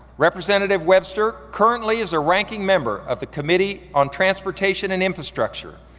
representative webster currently is a ranking member of the committee on transportation and infrastructure.